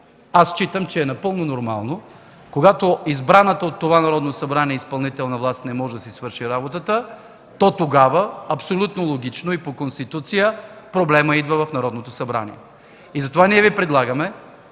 считам, че е напълно нормално, когато избраната от това Народно събрание изпълнителна власт не може да си свърши работата, тогава абсолютно логично е и по Конституция – проблемът идва в Народното събрание. Затова Ви предлагаме